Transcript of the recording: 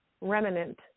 Remnant